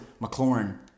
McLaurin